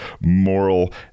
moral